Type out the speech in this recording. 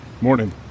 Morning